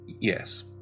Yes